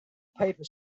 paper